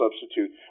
substitute